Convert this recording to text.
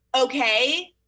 Okay